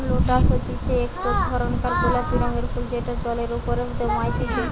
lotus হতিছে একটো ধরণকার গোলাপি রঙের ফুল যেটা জলের ওপরে জন্মতিচ্ছে